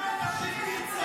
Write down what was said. זה לא עניין של חלומות.